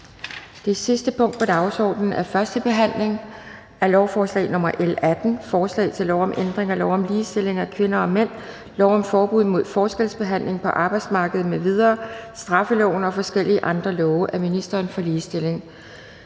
Det sidste punkt på dagsordenen er: 18) 1. behandling af lovforslag nr. L 18: Forslag til lov om ændring af lov om ligestilling af kvinder og mænd, lov om forbud mod forskelsbehandling på arbejdsmarkedet m.v., straffeloven og forskellige andre love. (Styrket beskyttelse